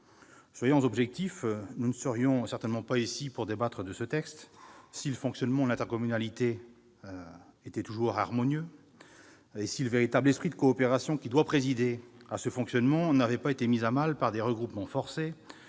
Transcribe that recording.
Soyons objectifs : nous ne serions certainement pas ici à débattre de ce texte si le fonctionnement de l'intercommunalité était toujours harmonieux et si l'esprit de coopération qui doit présider à ce fonctionnement n'avait pas été mis à mal par des regroupements forcés,